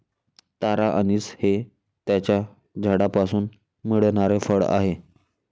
तारा अंनिस हे त्याच्या झाडापासून मिळणारे फळ आहे